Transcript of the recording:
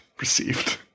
received